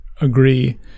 agree